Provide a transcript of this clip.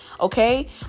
okay